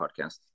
podcast